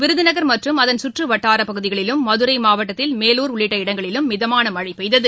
விருதநகர் மற்றும் அதன் சுற்று வட்டாரப்பகுதிகளிலும் மதுரை மாவட்டத்தில் மேலூர் உள்ளிட்ட இடங்களிலும் மிதமான மழை பெய்தது